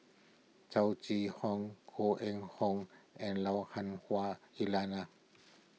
Chow Chee Hong Koh Eng Hoon and Lui Han Hwah Elena